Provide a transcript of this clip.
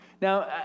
Now